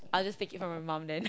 I'll just take it from my mum then